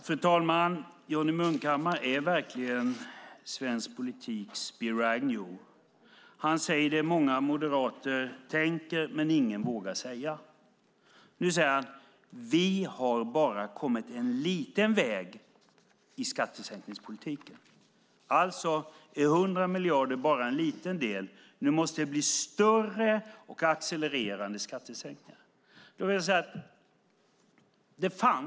Fru talman! Johnny Munkhammar är verkligen svensk politiks Spiro Agnew. Han säger det många moderater tänker men ingen vågar säga. Nu säger han: Vi har bara kommit en liten bit på väg i skattesänkningspolitiken. Alltså är 100 miljarder bara en liten del, och nu måste det bli större och accelererande skattesänkningar.